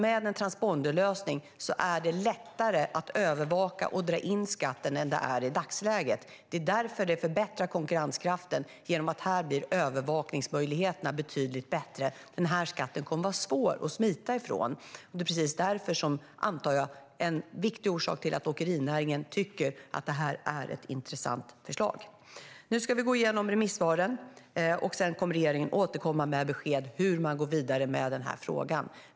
Med en transponderlösning är det lättare att övervaka och dra in skatten än det är i dagsläget. Det är därför detta förbättrar konkurrenskraften. Här blir övervakningsmöjligheterna betydligt bättre. Den här skatten kommer att vara svår att smita ifrån, och jag antar att just detta är en viktig orsak till att åkerinäringen tycker att detta är ett intressant förslag. Nu ska vi gå igenom remissvaren, och sedan kommer regeringen att återkomma med besked om hur man går vidare med frågan.